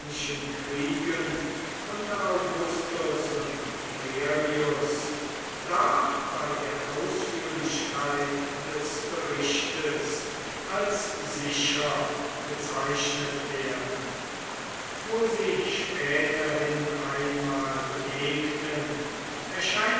kriegen unter augustus und tiberius darf bei der ausführlichkeit des berichtes als sicher bezeichnet werden wo sie späterhin einmal begegnen